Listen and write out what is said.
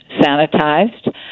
sanitized